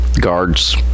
guards